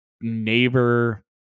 neighbor